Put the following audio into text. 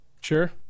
Sure